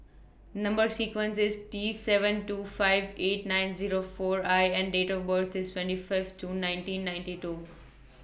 Number sequence IS T seven two five eight nine Zero four I and Date of birth IS twenty Fifth June nineteen ninety two